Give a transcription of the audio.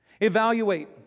Evaluate